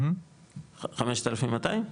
5,200 ₪?